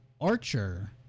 Archer